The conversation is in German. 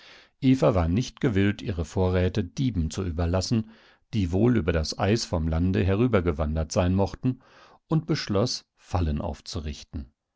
eva war nicht gewillt ihre vorräte dieben zu überlassen die wohl über das eis vom lande herübergewandert sein mochten und beschloß fallen aufzurichten